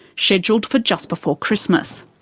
scheduled for just before christmas.